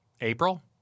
April